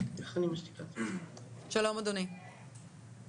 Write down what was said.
צריך להבין שלדבר הזה יש כל מני השלכות,